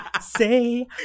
say